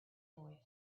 boy